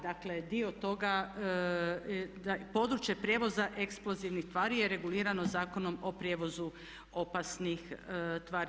Dakle, dio toga, područje prijevoza eksplozivnih tvari je regulirano Zakonom o prijevozu opasnih tvari.